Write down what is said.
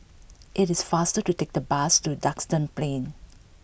it is faster to take the bus to Duxton Plain